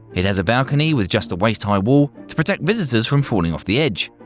it has a balcony with just a waist high wall to protect visitors from falling off the edge.